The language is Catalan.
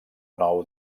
nou